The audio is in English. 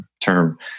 term